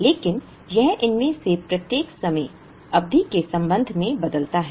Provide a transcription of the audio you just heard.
लेकिन यह इनमें से प्रत्येक समय अवधि के संबंध में बदलता है